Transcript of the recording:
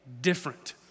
different